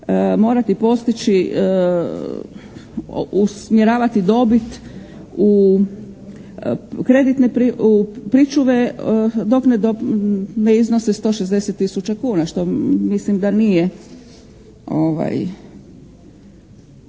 morati postići, usmjeravati dobit u kreditne pričuve dok ne iznose 160 tisuća kuna što mislim da nije,